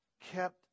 kept